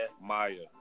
Maya